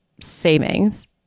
savings